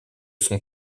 son